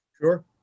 Sure